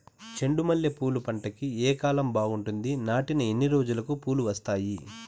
చెండు మల్లె పూలు పంట కి ఏ కాలం బాగుంటుంది నాటిన ఎన్ని రోజులకు పూలు వస్తాయి